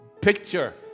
picture